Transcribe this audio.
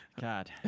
God